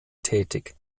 tätig